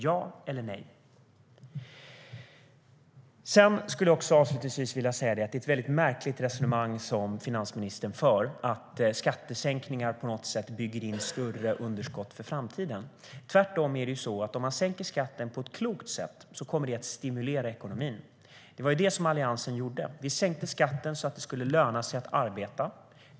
Ja eller nej? Avslutningsvis skulle jag vilja säga att det är ett märkligt resonemang som finansministern för att skattesänkningar på något sätt bygger in större underskott för framtiden. Tvärtom är det så att om man sänker skatten på ett klokt sätt kommer det att stimulera ekonomin. Det var det som Alliansen gjorde. Vi sänkte skatten så att det skulle löna sig att arbeta.